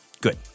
Good